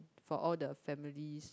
for all the families